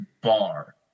bar